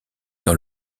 dans